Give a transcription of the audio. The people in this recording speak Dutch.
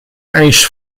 eis